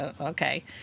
okay